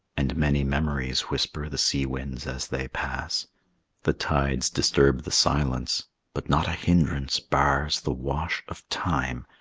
and many memories whisper the sea-winds as they pass the tides disturb the silence but not a hindrance bars the wash of time,